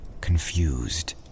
confused